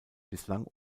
bislang